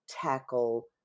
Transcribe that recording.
tackle